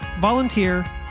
volunteer